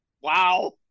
Wow